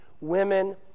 women